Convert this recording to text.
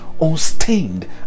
unstained